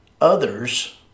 others